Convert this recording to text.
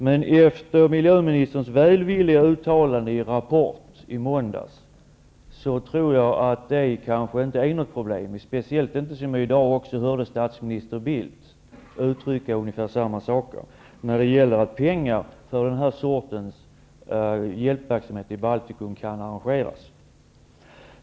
Men efter miljöministerns välvilliga uttalande i Rapport i måndags tror jag att det kanske inte är ett problem, speciellt som vi i dag har kunnat höra statsminister Bildt uttrycka ungefär samma saker när det gäller hur pengar skall kunna ordnas för sådan hjälpverksamhet i Baltikum.